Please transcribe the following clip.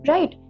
Right